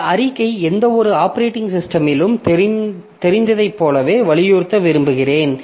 இந்த அறிக்கை எந்தவொரு ஆப்பரேட்டிங் சிஸ்டமிலும் தெரிந்ததைப் போலவே வலியுறுத்த விரும்புகிறேன்